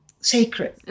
sacred